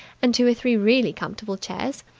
and two or three really comfortable chairs.